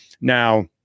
now